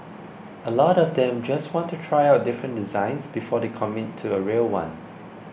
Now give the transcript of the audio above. a lot of them just want to try out different designs before they commit to a real one